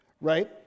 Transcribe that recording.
Right